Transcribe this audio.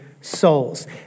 souls